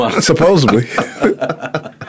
Supposedly